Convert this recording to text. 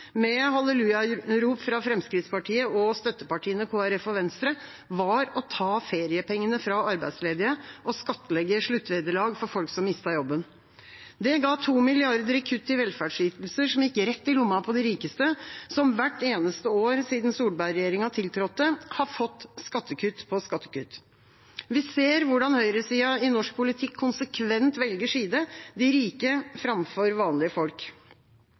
med hallelujarop fra Fremskrittspartiet og støttepartiene Kristelig Folkeparti og Venstre, var å ta feriepengene fra arbeidsledige og skattlegge sluttvederlag for folk som mistet jobben. Det ga 2 mrd. kr i kutt i velferdsytelser som gikk rett i lomma på de rikeste, som hvert eneste år siden Solberg-regjeringa tiltrådte, har fått skattekutt på skattekutt. Vi ser hvordan høyresida i norsk politikk konsekvent velger side – de rike framfor vanlige folk.